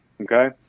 Okay